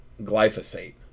Glyphosate